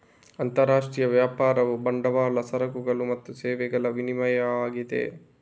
ಅಂತರರಾಷ್ಟ್ರೀಯ ವ್ಯಾಪಾರವು ಬಂಡವಾಳ, ಸರಕುಗಳು ಮತ್ತು ಸೇವೆಗಳ ವಿನಿಮಯವಾಗಿದೆ